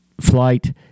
flight